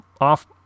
off